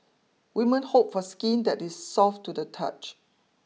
women hope for skin that is soft to the touch